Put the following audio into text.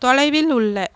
தொலைவில் உள்ள